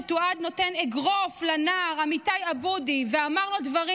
שתועד נותן אגרוף לנער אמיתי עבודי ואמר לו דברים